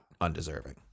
undeserving